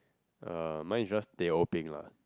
uh mine is just teh O peng lah